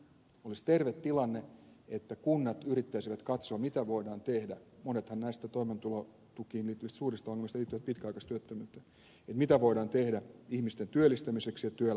olisi terve tilanne että kunnat yrittäisivät katsoa monethan näistä toimeentulotukiin liittyvistä suurista ongelmista liittyvät pitkäaikaistyöttömyyteen mitä voidaan tehdä ihmisten työllistämiseksi ja työelämään palauttamiseksi